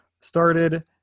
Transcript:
Started